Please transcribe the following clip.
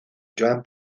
joan